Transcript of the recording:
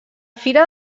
fira